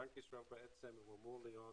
בנק ישראל אמור להיות